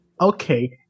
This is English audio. Okay